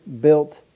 built